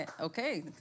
Okay